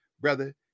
brother